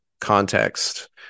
context